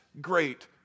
great